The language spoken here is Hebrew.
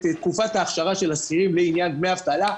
תקופת האכשרה של השכירים לעניין דמי האבטלה.